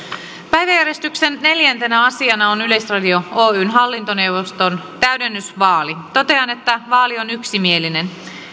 päiväjärjestyksen neljäntenä asiana on yleisradio oyn hallintoneuvoston täydennysvaali totean että vaali on yksimielinen